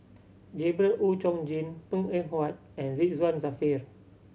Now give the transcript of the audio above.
Gabriel Oon Chong Jin Png Eng Huat and Ridzwan Dzafir